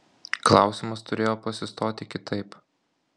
klausimas turėjo pasistoti kitaip